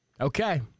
Okay